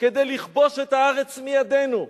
כדי לכבוש את הארץ מידינו.